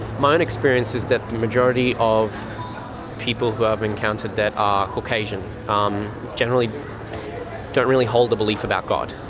my own experience is that the majority of people who i've encountered that are caucasian um generally don't really hold a belief about god,